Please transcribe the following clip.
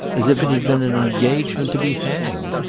as if it had been an engagement to be hanged.